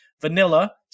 vanilla